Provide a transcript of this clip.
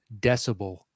Decibel